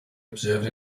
observed